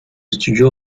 studio